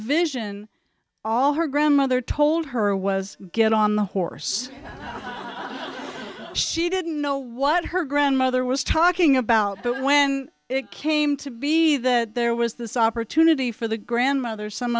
vision all her grandmother told her was get on the horse she didn't know what her grandmother was talking about but when it came to be that there was this opportunity for the grandmother some